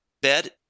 bed